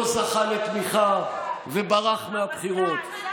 לא זכה לתמיכה וברח מהבחירות.